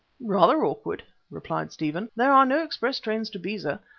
rather awkward, replied stephen. there are no express trains to beza,